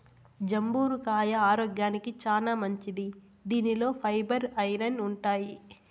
జంబూర కాయ ఆరోగ్యానికి చానా మంచిది దీనిలో ఫైబర్, ఐరన్ ఉంటాయి